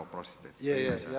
Oprostite.